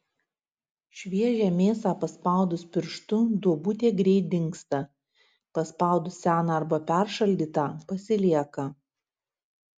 šviežią mėsą paspaudus pirštu duobutė greit dingsta paspaudus seną arba peršaldytą pasilieka